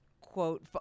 quote